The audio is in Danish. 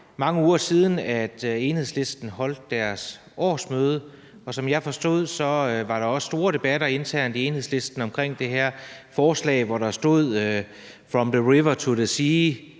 mange uger siden, at Enhedslisten holdt deres årsmøde, og som jeg forstod det, var der også store debatter internt i Enhedslisten omkring forslag – der stod from the river to the sea,